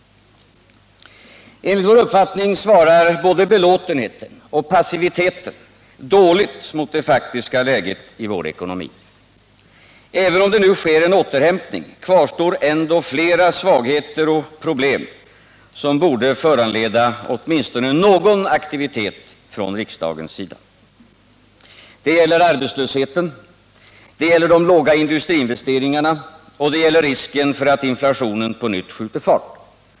Enligt vår uppfattning svarar både belåtenheten och passiviteten dåligt mot det faktiska läget i vår ekonomi. Även om det nu sker en återhämtning, kvarstår ändå flera svagheter och problem, som borde föranleda åtminstone någon aktivitet från riksdagens sida. Det gäller arbetslösheten, det gäller de låga industriinvesteringarna och det gäller risken för att inflationen på nytt skjuter fart.